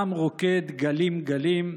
עם רוקד גלים גלים.